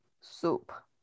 soup